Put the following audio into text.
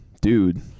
Dude